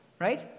right